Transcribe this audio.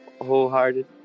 wholehearted